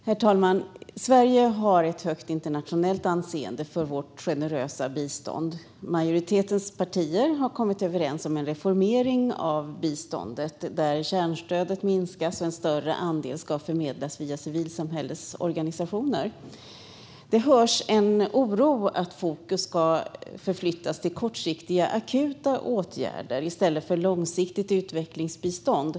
Herr talman! Sverige har ett högt anseende internationellt för vårt generösa bistånd. Majoritetens partier har kommit överens om en reformering av biståndet där kärnstödet minskas och en större andel ska förmedlas via civilsamhällesorganisationer. Det hörs en oro att fokus ska förflyttas till kortsiktiga, akuta åtgärder i stället för att ligga på långsiktigt utvecklingsbistånd.